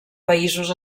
països